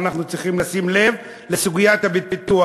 שאנחנו צריכים לשים לב לסוגיית הביטוח.